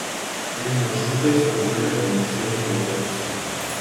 šiais maršrutais važiuoja priemiestiniai autobusai